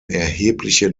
erhebliche